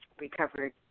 Recovered